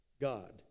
God